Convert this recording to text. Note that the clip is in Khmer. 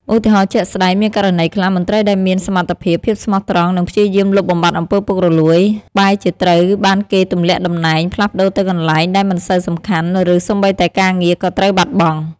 ឧទាហរណ៍ជាក់ស្ដែង មានករណីខ្លះ មន្ត្រីដែលមានសមត្ថភាព ភាពស្មោះត្រង់ និងព្យាយាមលុបបំបាត់អំពើពុករលួយ បែរជាត្រូវបានគេទម្លាក់តំណែង ផ្លាស់ប្តូរទៅកន្លែងដែលមិនសូវសំខាន់ ឬសូម្បីតែការងារក៏ត្រូវបាត់បង់។